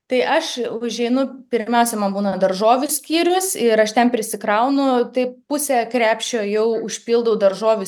tai aš užeinu pirmiausia man būna daržovių skyrius ir aš ten prisikraunu taip pusę krepšio jau užpildau daržovių